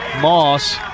Moss